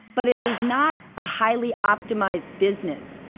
but it is not a highly optimized business.